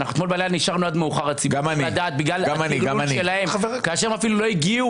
אתמול בלילה נשארנו עד מאוחר כאשר הם אפילו לא הגיעו